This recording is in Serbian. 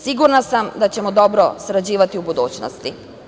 Sigurna sam da ćemo dobro sarađivati u budućnosti.